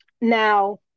now